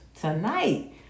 tonight